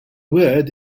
word